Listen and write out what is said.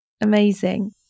Amazing